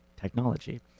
technology